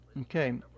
Okay